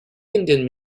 indian